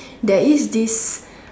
there is this